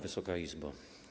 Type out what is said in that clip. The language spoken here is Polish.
Wysoka Izbo!